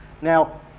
now